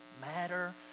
matter